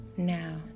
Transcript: Now